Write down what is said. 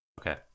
Okay